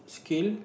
skill